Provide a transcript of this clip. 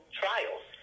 trials